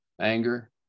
anger